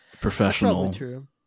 professional